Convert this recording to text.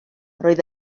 roedd